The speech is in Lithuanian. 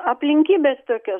aplinkybės tokios